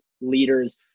leaders